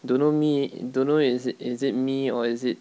don't know me don't know is it is it me or is it